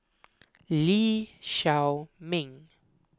Lee Shao Meng